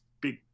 big